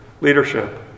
leadership